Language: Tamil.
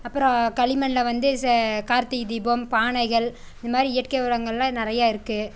அப்புறம் களிமண்ணில் வந்து ச கார்த்திகை தீபம் பானைகள் இந்த மாதிரி இயற்கை வளங்கள் எல்லாம் நிறையா இருக்கு